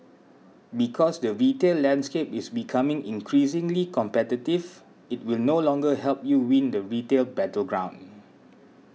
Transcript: because the retail landscape is becoming increasingly competitive it will no longer help you win the retail battleground